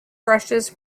brushes